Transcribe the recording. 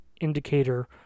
indicator